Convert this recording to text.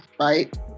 right